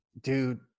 Dude